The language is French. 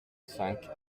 cinq